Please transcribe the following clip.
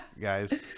guys